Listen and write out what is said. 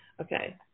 okay